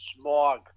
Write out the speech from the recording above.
smog